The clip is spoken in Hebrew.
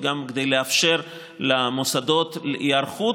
וגם כדי לאפשר למוסדות היערכות,